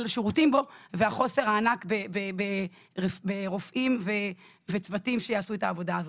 שירותים בו והחוסר הענק ברופאים וצוותים שיעשו את העבודה הזו.